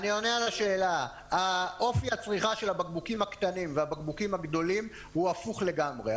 אופי הצריכה של הבקבוקים הקטנים והבקבוקים הגדולים הוא הפוך לגמרי.